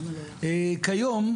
כיום,